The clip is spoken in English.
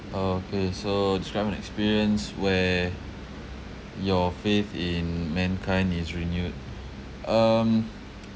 [orh]okay so describe an experience where your faith in mankind is renewed um